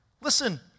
listen